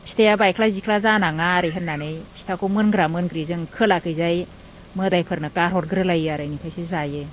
फिथाया बायख्लाय जिख्ला जानाङा ओरै होननानै फिथाखौ मोनग्रा मोनग्रि जों खोलाखैजाय मोदाइफोरनो गारहरग्रोलायो आरो इनिफ्रायसो जायो